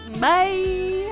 Bye